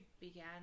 began